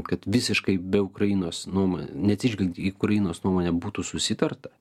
kad visiškai be ukrainos nuomo neatsižvelgiant į ukrainos nuomonę būtų susitarta